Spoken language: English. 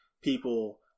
people